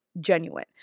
genuine